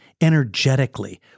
energetically